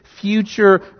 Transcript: Future